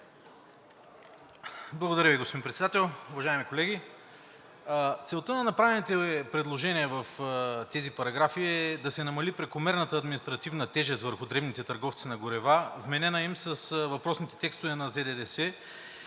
Благодаря, господин Председател. Уважаеми колеги, целта на направените предложения в тези параграфи е да се намали прекомерната административна тежест върху дребните търговци на горива, вменена им с въпросните текстове на Закона